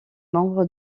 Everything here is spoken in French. membre